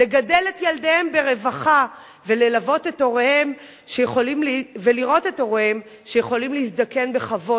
לגדל את ילדיהם ברווחה וללוות את הוריהם שיכולים להזדקן בכבוד.